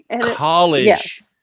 college